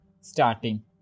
starting